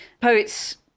poets